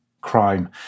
crime